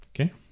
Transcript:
Okay